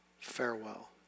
Farewell